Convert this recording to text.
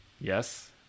Yes